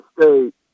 State